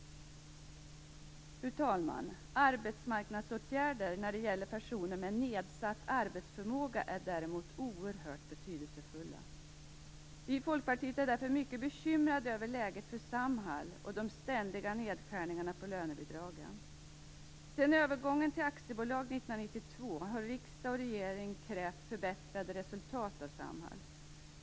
Fru talman! Arbetsmarknadsåtgärder när det gäller personer med nedsatt arbetsförmåga är däremot oerhört betydelsefulla. Vi i Folkpartiet är därför mycket bekymrade över läget för Samhall och de ständiga nedskärningarna på lönebidragen. Sedan övergången till aktiebolag 1992 har riksdag och regering krävt förbättrade resultat av Samhall.